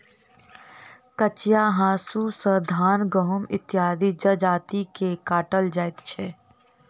कचिया हाँसू सॅ धान, गहुम इत्यादि जजति के काटल जाइत छै